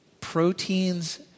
proteins